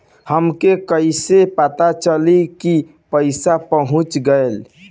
हमके कईसे पता चली कि पैसा पहुच गेल?